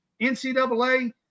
NCAA